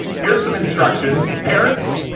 here's some instructions. parents,